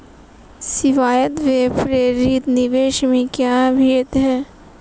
स्वायत्त व प्रेरित निवेश में क्या भेद है?